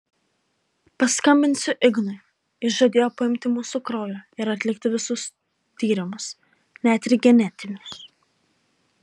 paskambinsiu ignui jis žadėjo paimti mūsų kraujo ir atlikti visus tyrimus net ir genetinius